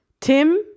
tim